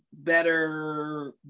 better